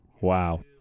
Wow